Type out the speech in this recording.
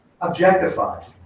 objectified